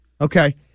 Okay